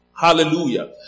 Hallelujah